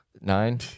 Nine